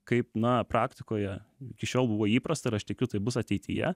kaip na praktikoje iki šiol buvo įprasta ir aš tikiu tai bus ateityje